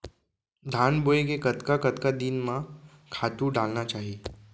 धान बोए के कतका कतका दिन म खातू डालना चाही?